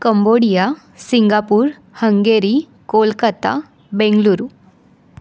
Cambodia Singapore Hungary Kolkata Bengaluru